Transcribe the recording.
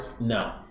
No